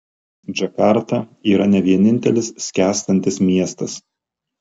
džakarta yra ne vienintelis skęstantis miestas